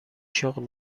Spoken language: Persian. شغل